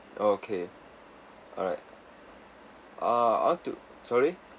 okay alright ah I want to sorry